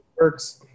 works